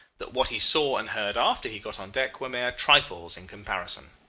that what he saw and heard after he got on deck were mere trifles in comparison.